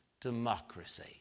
Democracy